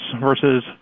versus